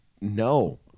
no